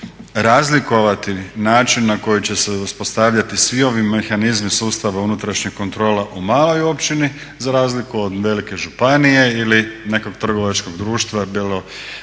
razlikovati, način na koji će se uspostavljati svi ovi mehanizmi sustava unutrašnjih kontrola u maloj općini za razliku od velike županije ili nekog trgovačkog društva, bilo